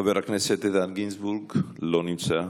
חבר הכנסת איתן גינזבורג, לא נמצא.